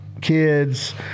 kids